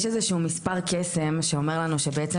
יש איזה שהוא מספר קסם שאומר לנו שבעצם